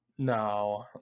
No